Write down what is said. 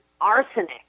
arsenic